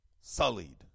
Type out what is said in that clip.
sullied